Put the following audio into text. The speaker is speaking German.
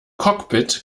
cockpit